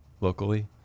locally